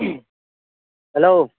hello